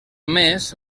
més